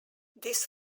this